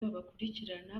bakurikirana